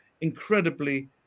incredibly